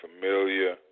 familiar